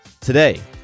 Today